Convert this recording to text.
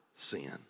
Sin